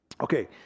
Okay